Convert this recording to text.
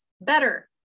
better